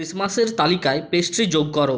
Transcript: ক্রিসমাসের তালিকায় পেস্ট্রি যোগ করো